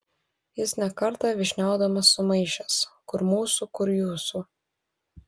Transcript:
jis ne kartą vyšniaudamas sumaišęs kur mūsų kur jūsų